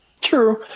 True